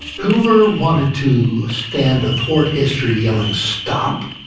hoover wanted to stand athwart history yelling stop.